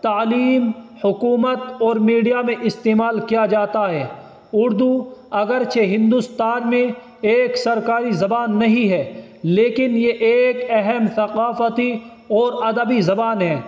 تعلیم حکومت اور میڈیا میں استعمال کیا جاتا ہے اردو اگر چہ ہندوستان میں ایک سرکاری زبان نہیں ہے لیکن یہ ایک اہم ثقافتی اور ادبی زبان ہے